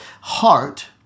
heart